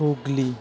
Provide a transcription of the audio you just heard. Hooghly